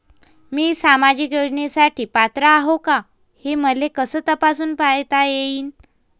मी सामाजिक योजनेसाठी पात्र आहो का, हे मले कस तपासून पायता येईन?